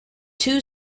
two